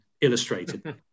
illustrated